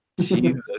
Jesus